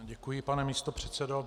Děkuji, pane místopředsedo.